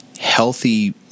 healthy